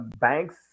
banks